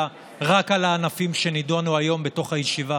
רק על הענפים שנדונו היום בתוך הישיבה,